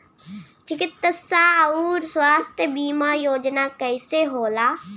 चिकित्सा आऊर स्वास्थ्य बीमा योजना कैसे होला?